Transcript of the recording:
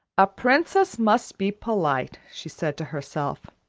a princess must be polite, she said to herself.